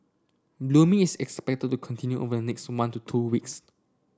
blooming is expected to continue over the next one to two weeks